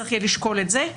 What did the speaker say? צריך יהיה לשקול את זה.